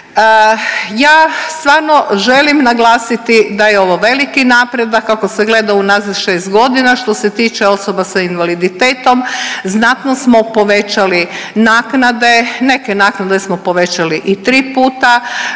Ja stvarno želim naglasiti da je ovo veliki napredak ako se gleda unazad 6 godina što se tiče osoba sa invaliditetom. Znatno smo povećali naknade, neke naknade smo povećali i 3 puta.